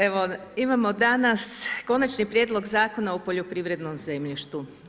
Evo imamo danas Konačni prijedlog zakona o poljoprivrednom zemljištu.